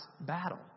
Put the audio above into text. battle